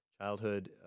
childhood